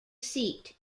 seat